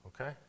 okay